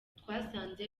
twasanze